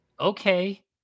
Okay